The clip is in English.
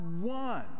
one